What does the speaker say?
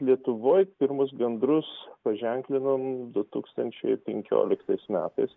lietuvoj pirmus gandrus paženklinom du tūkstančiai penkioliktais metais